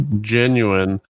genuine